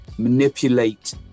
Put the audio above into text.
manipulate